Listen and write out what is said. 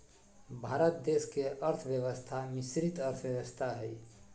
भारत देश के अर्थव्यवस्था मिश्रित अर्थव्यवस्था हइ